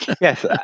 Yes